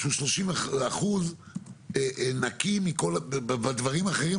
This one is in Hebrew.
שהוא 30% נקי מכל הדברים האחרים,